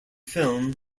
film